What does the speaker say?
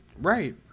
Right